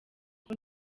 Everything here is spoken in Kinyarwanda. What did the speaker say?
uko